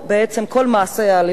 בעצם כל מעשי האלימות,